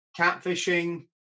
catfishing